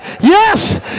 yes